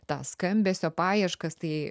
tas skambesio paieškas tai